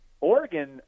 Oregon